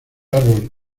árbol